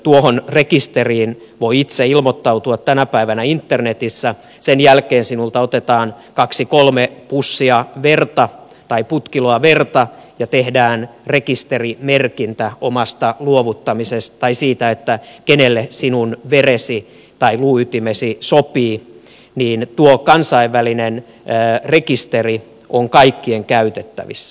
tuohon rekisteriin voi itse ilmoittautua tänä päivänä internetissä sen jälkeen sinulta otetaan kaksi kolme putkiloa verta ja tehdään rekisterimerkintä siitä kenelle sinun luuytimesi sopii ja tuo kansainvälinen rekisteri on kaikkien käytettävissä